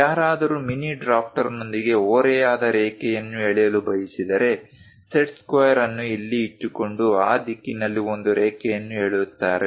ಯಾರಾದರೂ ಮಿನಿ ಡ್ರಾಫ್ಟರ್ನೊಂದಿಗೆ ಓರೆಯಾದ ರೇಖೆಯನ್ನು ಎಳೆಯಲು ಬಯಸಿದರೆ ಸೆಟ್ ಸ್ಕ್ವೇರ್ ಅನ್ನು ಅಲ್ಲಿ ಇಟ್ಟುಕೊಂಡು ಆ ದಿಕ್ಕಿನಲ್ಲಿ ಒಂದು ರೇಖೆಯನ್ನು ಎಳೆಯುತ್ತಾರೆ